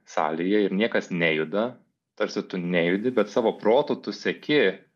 salėje ir niekas nejuda tarsi tu nejudi bet savo protu tu seki